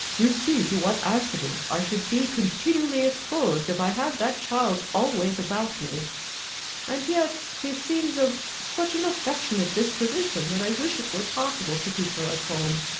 you see to what accidents i should be continually exposed, if i had that child always about me and yet she seems of such an affectionate disposition, that i wish it were possible to keep her at home.